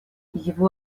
его